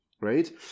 right